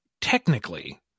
technically